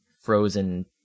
frozen